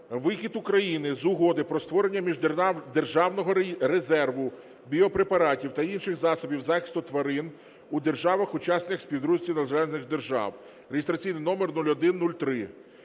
вихід України з Угоди про створення Міждержавного резерву біопрепаратів та інших засобів захисту тварин у державах-учасницях Співдружності Незалежних Держав (реєстраційний номер 0103).